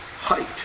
height